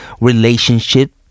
relationship